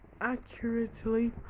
accurately